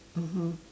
mmhmm